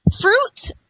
Fruits